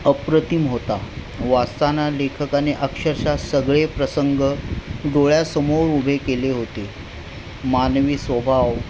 अप्रतिम होता वाचताना लेखकाने अक्षरश सगळे प्रसंग डोळ्यासमोर उभे केले होते मानवी स्वभाव